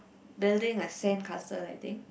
building a sandcastle I think